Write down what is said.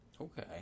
Okay